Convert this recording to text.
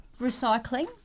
recycling